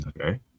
Okay